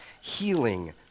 healing